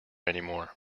anymore